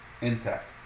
intact